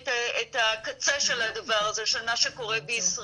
את הקצה של הדבר הזה של מה שקורה בישראל,